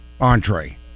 entree